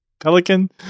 Pelican